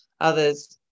Others